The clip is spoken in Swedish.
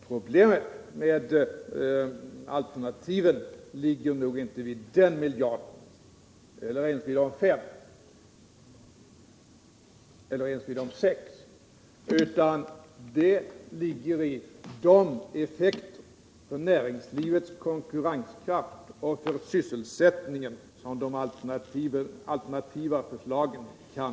Problemet med alternativet ligger nog inte i att skillnaden är 1 miljard eller ens § eller 6 miljarder kronor, utan det ligger i de effekter på näringslivets konkurrenskraft och på sysselsättningen som de alternativa förslagen kan få.